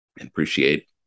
appreciate